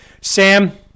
Sam